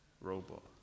robot